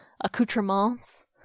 accoutrements